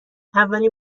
اولین